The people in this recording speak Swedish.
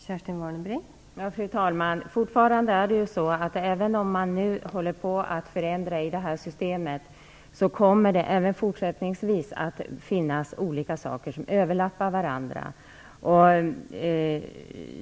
Fru talman! Fortfarande är det ju så att även om man nu håller på att förändra systemet, så kommer det även fortsättningsvis att finnas olika saker som överlappar varandra.